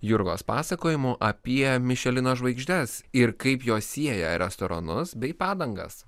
jurgos pasakojimu apie mišelino žvaigždes ir kaip jos sieja restoranus bei padangas